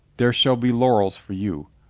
there shall be laurels for you.